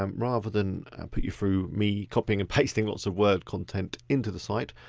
um rather than put you through me copying and pasting lots of word content into the site,